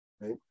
right